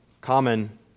common